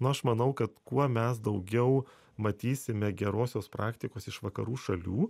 nu aš manau kad kuo mes daugiau matysime gerosios praktikos iš vakarų šalių